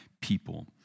people